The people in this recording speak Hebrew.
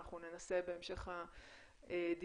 אנחנו ננסה בהמשך הדיונים.